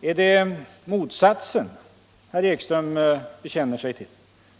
Men är det då motsatsen som herr Ekström bekänner sig till,